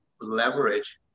leverage